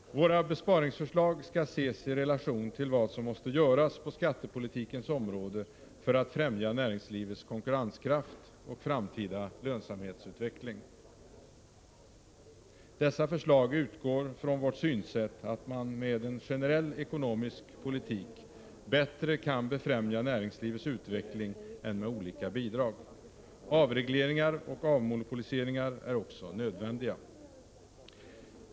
Våra besparingsförslag skall ses i relation till vad som måste göras på skattepolitikens område för att främja näringslivets konkurrenskraft och framtida lönsamhetsutveckling. Dessa förslag utgår från vårt synsätt att man med en generell ekonomisk politik bättre kan befrämja näringslivets utveckling än med olika bidrag. Avregleringar och avmonopoliseringar är också nödvändiga.